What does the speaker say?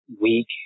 weak